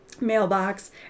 mailbox